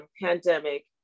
pandemic